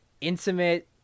intimate